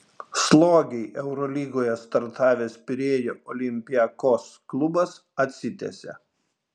slogiai eurolygoje startavęs pirėjo olympiakos klubas atsitiesia